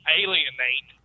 alienate